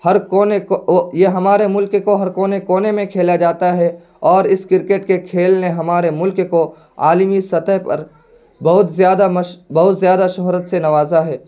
ہر کونے یہ ہمارے ملک کو ہر کونے کونے میں کھیلا جاتا ہے اور اس کرکٹ کے کھیل نے ہمارے ملک کو عالمی سطح پر بہت زیادہ بہت زیادہ شہرت سے نوازا ہے